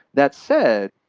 that said,